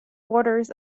borders